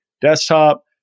desktop